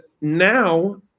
now